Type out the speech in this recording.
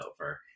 over